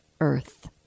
Earth